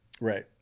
right